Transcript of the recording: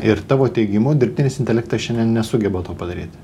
ir tavo teigimu dirbtinis intelektas šiandien nesugeba to padaryt